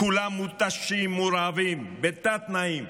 כולם מותשים, מורעבים, בתת-תנאים,